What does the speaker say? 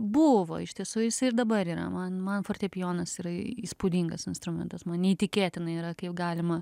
buvo iš tiesų jisai ir dabar yra man man fortepijonas yra įspūdingas instrumentas man neįtikėtina yra kaip galima